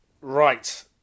Right